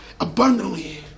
abundantly